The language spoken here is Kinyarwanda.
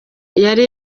yari